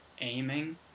aiming